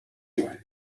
joan